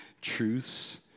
truths